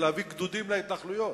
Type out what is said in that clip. זה להביא גדודים להתנחלויות.